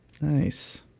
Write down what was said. Nice